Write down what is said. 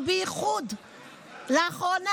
בייחוד לאחרונה,